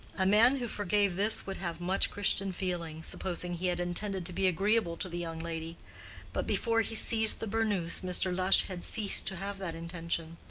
a man who forgave this would have much christian feeling, supposing he had intended to be agreeable to the young lady but before he seized the burnous mr. lush had ceased to have that intention.